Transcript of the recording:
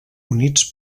units